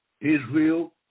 Israel